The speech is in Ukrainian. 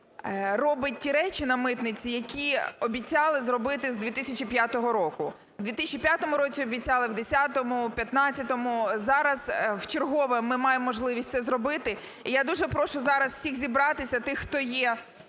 робить ті речі на митниці, які обіцяли зробити з 2005 року. В 2005 році обіцяли, в 10-му, в 15-му, зараз вчергове ми маємо можливість це зробити. І я дуже прошу зараз всіх зібратися, тих, хто є